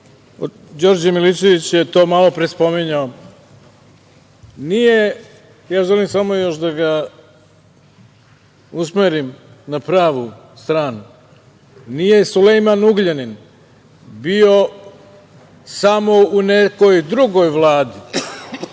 Đorđe Milićević je to malopre spominjao, želim samo da ga usmerim na pravu stranu, nije Sulejman Ugljanin bio samo u nekoj drugoj vladi,